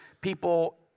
people